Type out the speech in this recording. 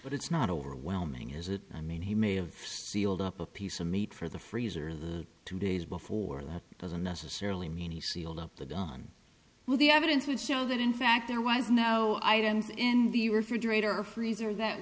but it's not overwhelming is it i mean he may have sealed up a piece of meat for the freezer the two days before and that doesn't necessarily mean he sealed up the done with the evidence would show that in fact there was no items in the refrigerator or freezer that